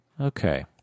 Okay